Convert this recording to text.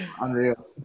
unreal